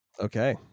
Okay